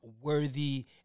worthy